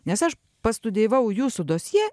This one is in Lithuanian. nes aš pastudijavau jūsų dosjė